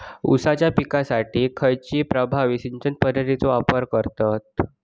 ऊसाच्या पिकासाठी खैयची प्रभावी सिंचन पद्धताचो वापर करतत?